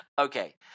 Okay